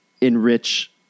enrich